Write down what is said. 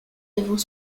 devant